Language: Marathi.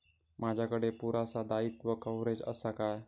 माजाकडे पुरासा दाईत्वा कव्हारेज असा काय?